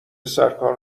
سرکار